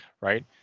right